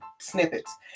snippets